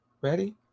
Ready